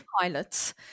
pilots